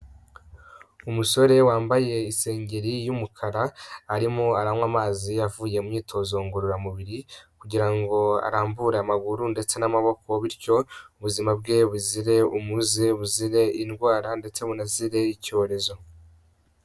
Umusore wambaye isengeri y'umukara arimo aranywa amazi avuye mu myitozo ngororamubiri kugira ngo arambure amaguru ndetse n'amaboko, bityo ubuzima bwe buzirare umuze buzire indwara ndetse bunazire icyorezo.